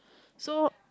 so